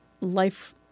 life